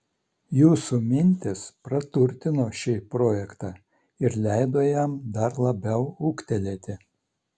jūsų mintys praturtino šį projektą ir leido jam dar labiau ūgtelėti